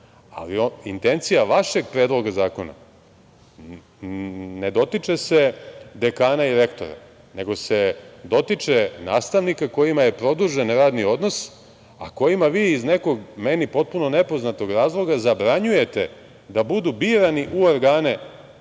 ali intencija vašeg Predloga zakona ne dotiče se dekana i rektora, nego se dotiče nastavnika kojima je produžen radni odnos, a kojima vi, iz meni potpuno nepoznatog razloga, zabranjujete da budu birani u organe